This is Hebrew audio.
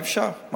אי-אפשר,